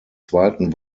zweiten